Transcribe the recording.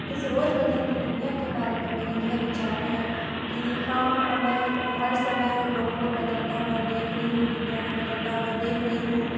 इस रोज़ बदलती दुनिया के बारे में मेरे यह विचार हैं कि हाँ मैं हर समय लोगों को बदलता हुआ देख रही हूँ दुनिया को बदलता हुआ देख रही हूँ